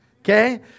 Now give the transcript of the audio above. okay